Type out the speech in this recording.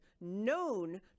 known